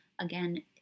again